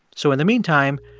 so in the meantime,